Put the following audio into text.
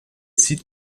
cite